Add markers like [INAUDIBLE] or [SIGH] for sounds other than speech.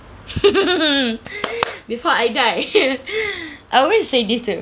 [LAUGHS] before I die [LAUGHS] I always say this to